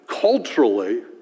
culturally